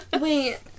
Wait